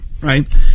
right